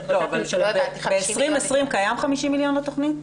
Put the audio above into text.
זה פרויקטים של --- ב-2020 קיים 50 מיליון לתכנית?